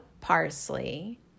parsley